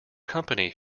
company